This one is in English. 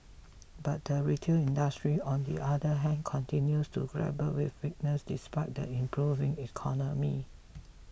but the retail industry on the other hand continues to grapple with weakness despite the improving economy